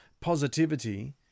positivity